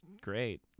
great